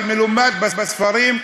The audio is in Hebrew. אבל מלומד בספרים,